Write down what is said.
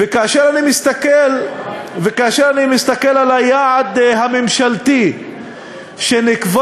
וכאשר אני מסתכל על היעד הממשלתי שנקבע